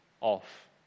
off